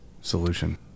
solution